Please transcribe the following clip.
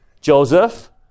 Joseph